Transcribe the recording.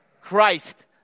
Christ